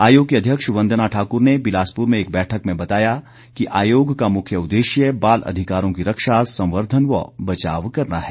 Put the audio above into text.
आयोग की अध्यक्ष वंदना ठाक्र ने बिलासपुर में एक बैठक में बताया कि आयोग का मुख्य उद्देश्य बाल अधिकारों की रक्षा संवर्धन व बचाव करना है